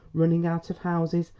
running out of houses,